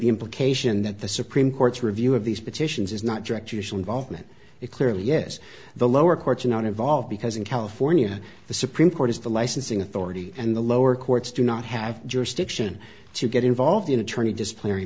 the implication that the supreme court's review of these petitions is not direct usually evolvement it clearly is the lower courts are not involved because in california the supreme court is the licensing authority and the lower courts do not have jurisdiction to get involved in attorney dis